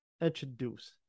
introduce